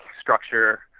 structure